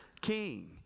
king